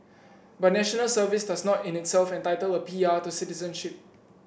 but National Service does not in itself entitle a P R to citizenship